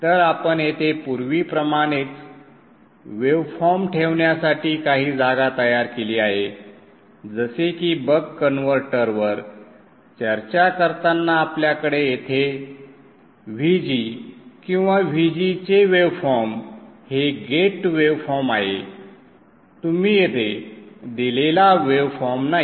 तर आपण येथे पूर्वीप्रमाणेच वेवफॉर्म ठेवण्यासाठी काही जागा तयार केली आहे जसे की बक कन्व्हर्टरवर चर्चा करताना आपल्याकडे येथे Vg किंवा Vg चे वेवफॉर्म हे गेट वेवफॉर्म आहे तुम्ही येथे दिलेला वेवफॉर्म नाही